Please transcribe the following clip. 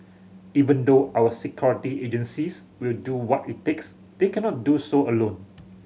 even though our security agencies will do what it takes they cannot do so alone